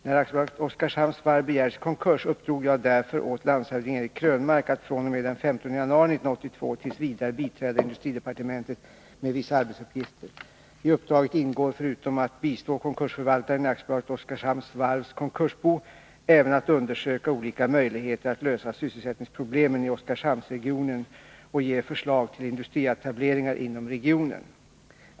När AB Oskarshamns varv begärdes i konkurs, uppdrog jag därför åt landshövding Eric Krönmark att fr.o.m. den 15 januari 1982 t. v. biträda industridepartementet med vissa arbetsuppgifter. I uppdraget ingår, förutom att bistå konkursförvaltaren i AB Oskarshamns varvs konkursbo, även att undersöka olika möjligheter att lösa sysselsättningsproblemen i Oskarshamnsregionen och ge förslag till industrietableringar inom regionen.